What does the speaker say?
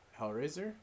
Hellraiser